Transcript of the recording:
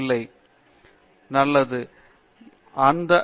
பேராசிரியர் பிரதாப் ஹரிதாஸ் சரி நல்லது